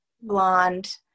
blonde